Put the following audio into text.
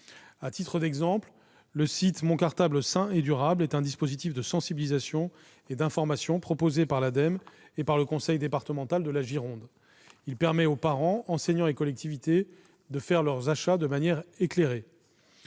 À titre d'exemple, le site Mon cartable sain et durable est un mécanisme de sensibilisation et d'information proposé par l'ADEME et le conseil départemental de la Gironde. Il permet aux parents, enseignants et collectivités de faire leurs achats de manière éclairée.